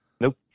Nope